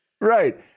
Right